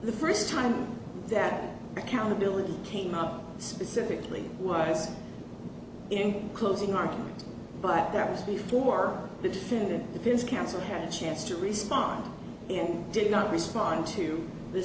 the first time that accountability came out specifically was in closing arguments but that was before the defendant defense counsel has a chance to respond and did not respond to the